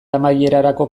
amaierarako